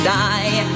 die